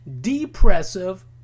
depressive